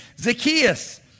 Zacchaeus